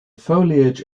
foliage